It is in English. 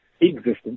existence